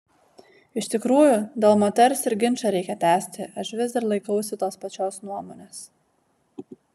iš tikrųjų dėl moters ir ginčą reikia tęsti aš vis dar laikausi tos pačios nuomonės